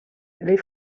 les